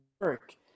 work